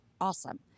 awesome